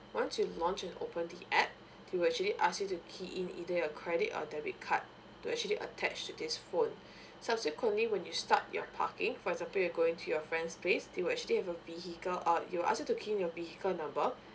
once you launch and open the app they will actually ask you to key in either your credit or debit card to actually attach to this phone subsequently when you start your parking for example you're going to your friend's place they will actually have a vehicle ah it will ask you to key in your vehicle number